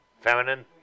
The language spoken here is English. feminine